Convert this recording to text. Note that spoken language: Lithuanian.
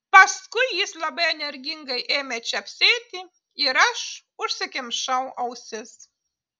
paskui jis labai energingai ėmė čepsėti ir aš užsikimšau ausis